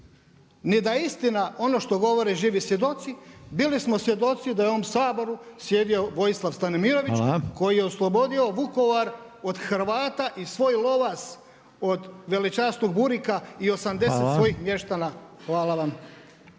ni da je istina ono što govore živi svjedoci, bili smo svjedoci da je u ovom Saboru sjedio Vojislav Stanimirović koji je oslobodio Vukovar od Hrvata i svoj Lovas od velečasnog Burika i 80 svojih mještana. Hvala vam.